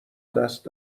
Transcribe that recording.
دست